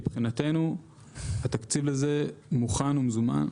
מבחינתנו, התקציב לזה מוכן ומזומן,